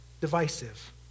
divisive